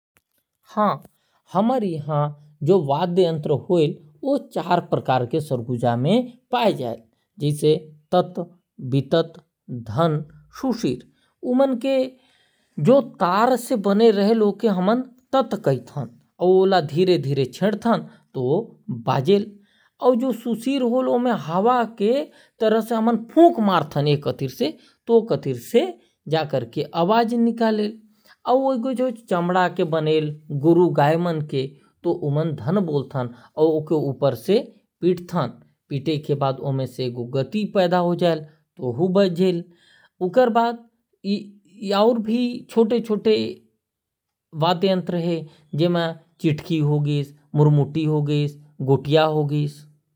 हां जो वाद्य यंत्र है वो सरगुजा में चार प्रकार के पाए जायल। जैसे तात, वितर, धन और सुशिर। तात तर से बने वाला यंत्र है। वितर फुक मारे से बजेल। और जो जानवर जैसे गाय के चमड़ा से बने ओला धन कहथन। ओकर बाद और भी छोटे छोटे यंत्र है चिटकी, मुरमुति।